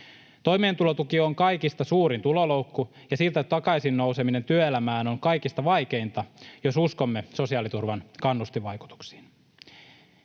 Toimeentulotuki on kaikista suurin tuloloukku, ja siltä nouseminen takaisin työelämään on kaikista vaikeinta, jos uskomme sosiaaliturvan kannustinvaikutuksiin.